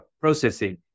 processing